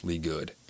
good